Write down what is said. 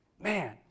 Man